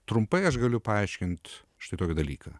trumpai aš galiu paaiškint štai tokį dalyką